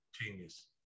Genius